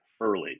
early